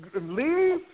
Leave